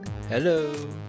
Hello